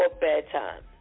bedtime